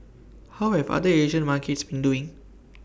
how have other Asian markets been doing